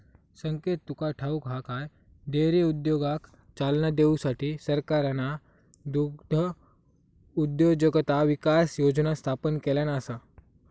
संकेत तुका ठाऊक हा काय, डेअरी उद्योगाक चालना देऊसाठी सरकारना दुग्धउद्योजकता विकास योजना स्थापन केल्यान आसा